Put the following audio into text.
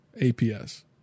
APS